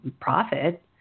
profit